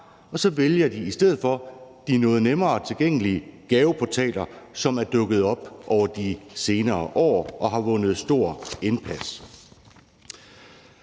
og så vælger de i stedet for de noget nemmere tilgængelige gaveportaler, som er dukket op over de senere år og har vundet stort indpas.